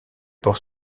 port